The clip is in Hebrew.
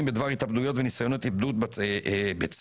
בדבר התאבדויות וניסיונות התאבדות בצה"ל.